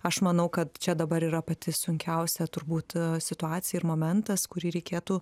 aš manau kad čia dabar yra pati sunkiausia turbūt situacija ir momentas kurį reikėtų